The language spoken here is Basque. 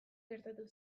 gertatu